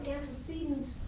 antecedent